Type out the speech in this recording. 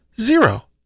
zero